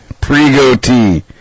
pre-goatee